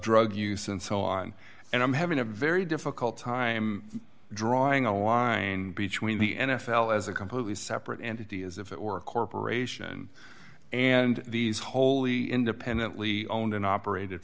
drug use and so on and i'm having a very difficult time drawing a line between the n f l as a completely separate entity as if it were a corporation and these wholly independently owned and operated